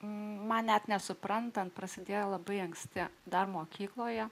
man net nesuprantant prasidėjo labai anksti dar mokykloje